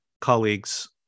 colleagues